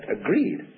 agreed